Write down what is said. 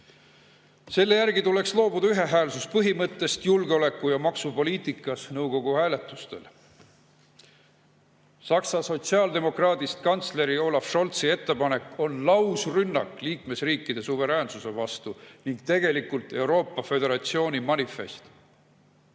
Selle järgi tuleks loobuda ühehäälsuspõhimõttest julgeoleku‑ ja maksupoliitikas nõukogu hääletustel. Saksa sotsiaaldemokraadist kantsleri Olaf Scholzi ettepanek on lausrünnak liikmesriikide suveräänsuse vastu ning tegelikult Euroopa föderatsiooni manifest.